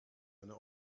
einer